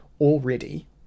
already